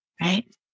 right